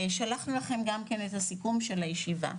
שלחנו לכם גם את הסיכום של הישיבה.